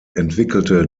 entwickelte